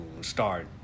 start